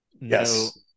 yes